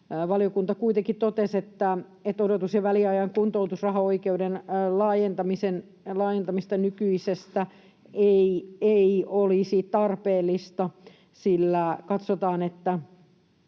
Valiokunta kuitenkin totesi, että odotus- ja väliajan kuntoutusrahaoikeuden laajentamista nykyisestä ei olisi tarpeellista,